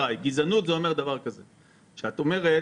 -- -גזענות זה אומר דבר כזה: שאת אומרת